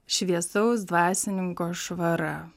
šviesaus dvasininko švara